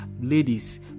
ladies